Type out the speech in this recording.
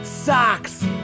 Socks